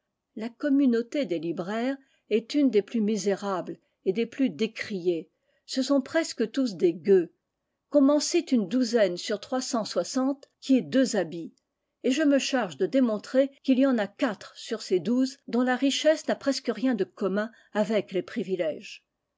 la communauté des libraires est une des plus misérables et des plus décriées ce sont presque tous des gueux qu'on m'en cite une douzaine sur trois cent soixante qui aient deux habits et je me charge de démontrer qu'il y en a quatre sur ces douze dont la richesse n'a presque rien de commun avec les privilèges